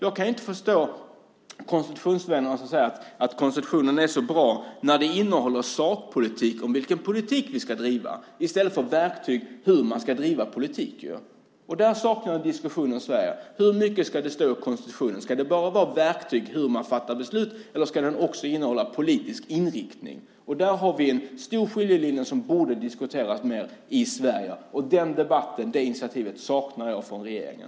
Jag kan inte förstå konstitutionsvänner som säger att konstitutionen är så bra när den innehåller sakpolitik och vilken politik vi ska driva i stället för verktyg för hur man ska driva politik. Där saknar jag en diskussion i Sverige: Hur mycket ska det stå i konstitutionen? Ska det bara vara verktyg för hur man fattar beslut, eller ska den också innehålla politisk inriktning? Där har vi en stark skiljelinje som borde diskuteras mer i Sverige, och den debatten och det initiativet saknar jag från regeringen.